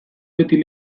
beti